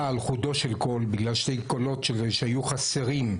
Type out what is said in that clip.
על חודו של קול בגלל שני קולות שהיו חסרים,